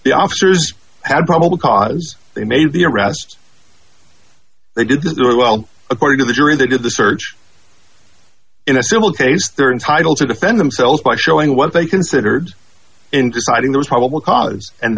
the officers had probable cause they made the arrest they didn't do it well according to the jury they did the search in a civil case they're entitle to defend themselves by showing what they considered in deciding those probable cause and